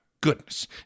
goodness